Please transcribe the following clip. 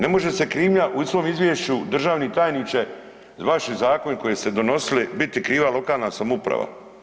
Ne može se krivnja u svom izvješću državni tajniče, vaši zakoni koje ste donosili, biti kriva lokalna samouprava.